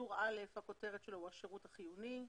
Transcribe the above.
טור א' השירות החיוני,